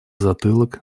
затылок